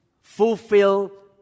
fulfill